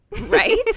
Right